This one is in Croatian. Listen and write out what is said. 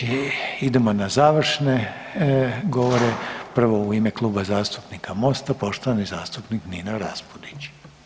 Idemo na završne govore, prvo u ime Kluba zastupnika Mosta poštovani zastupnik Nino Raspudić.